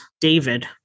David